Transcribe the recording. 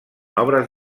obres